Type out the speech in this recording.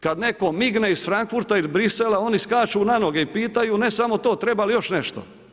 Kada netko migne iz Frankfurta, iz Bruxellesa, oni skaču na noge i pitaju ne samo to, treba li još nešto.